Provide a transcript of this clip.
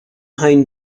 hein